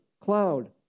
cloud